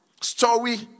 story